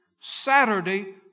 Saturday